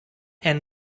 and